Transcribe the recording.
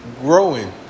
growing